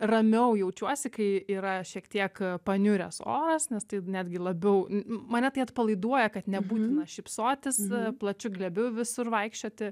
ramiau jaučiuosi kai yra šiek tiek paniuręs oras nes tai netgi labiau mane tai atpalaiduoja kad nebūtina šypsotis plačiu glėbiu visur vaikščioti